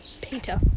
Peter